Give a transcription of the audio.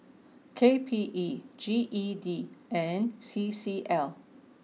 k P E G E D and C C L